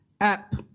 app